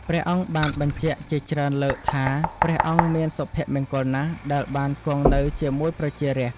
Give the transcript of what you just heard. ព្រះអង្គបានបញ្ជាក់ជាច្រើនលើកថា ព្រះអង្គមានសុភមង្គលណាស់ដែលបានគង់នៅជាមួយប្រជារាស្ត្រ។